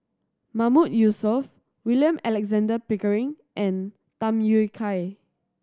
Mahmood Yusof William Alexander Pickering and Tham Yui Kai